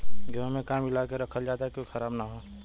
गेहूँ में का मिलाके रखल जाता कि उ खराब न हो?